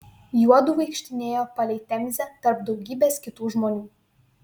juodu vaikštinėjo palei temzę tarp daugybės kitų žmonių